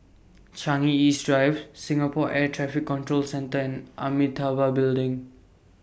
Changi East Drive Singapore Air Traffic Control Centre and Amitabha Building